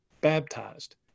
baptized